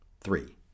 Three